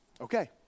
Okay